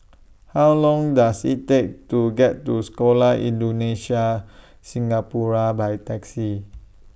How Long Does IT Take to get to Sekolah Indonesia Singapura By Taxi